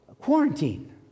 quarantine